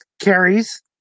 Carries